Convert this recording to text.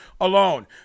alone